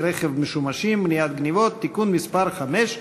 רכב משומשים (מניעת גנבות) (תיקון מס' 5),